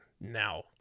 now